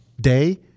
day